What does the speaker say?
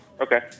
Okay